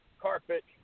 carpet